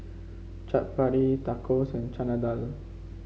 Chaat Papri Tacos and Chana Dal